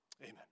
Amen